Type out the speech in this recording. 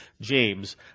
James